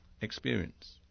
experience